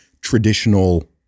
traditional